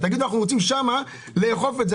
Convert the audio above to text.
תגידו: אנחנו רוצים שם לאכוף את זה,